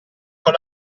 con